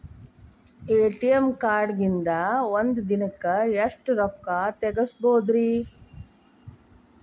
ATM ಕಾರ್ಡ್ನ್ಯಾಗಿನ್ದ್ ಒಂದ್ ದಿನಕ್ಕ್ ಎಷ್ಟ ರೊಕ್ಕಾ ತೆಗಸ್ಬೋದ್ರಿ?